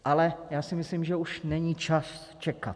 Ale já si myslím, že už není čas čekat.